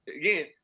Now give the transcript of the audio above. Again